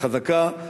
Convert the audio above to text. החזקה,